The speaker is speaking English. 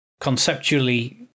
conceptually